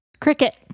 Cricket